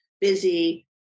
busy